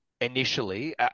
initially